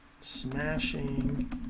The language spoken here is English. smashing